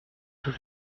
sus